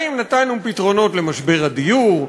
האם נתנו פתרונות למשבר הדיור?